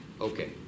Okay